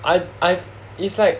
I I it's like